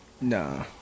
Nah